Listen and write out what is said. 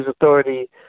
Authority